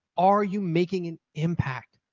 are you making an impact?